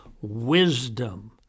wisdom